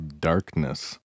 Darkness